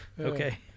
Okay